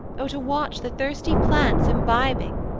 o to watch the thirsty plants imbibing!